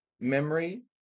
memory